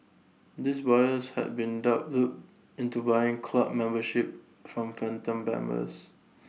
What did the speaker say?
these buyers had been duped into buying club membership from phantom members